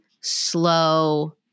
slow